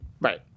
Right